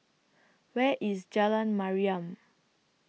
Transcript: Where IS Jalan Mariam